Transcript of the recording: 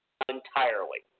entirely